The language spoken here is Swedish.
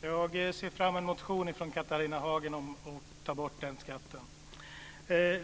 Fru talman! Jag ser fram emot en motion från Catharina Hagen om att ta bort den skatten.